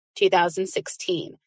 2016